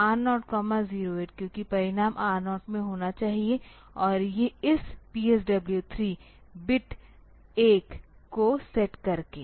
तो MOV R008 क्योंकि परिणाम R 0 में होना चाहिए और इस PSW 3 बिट 1 को सेट करके